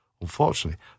Unfortunately